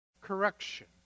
Correction